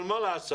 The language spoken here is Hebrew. אבל מה לעשות,